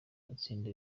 matsinda